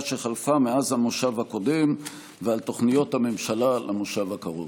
שחלפה מאז המושב הקודם ועל תוכניות הממשלה למושב הקרוב.